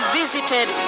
visited